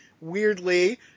weirdly